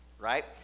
right